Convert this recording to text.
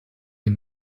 den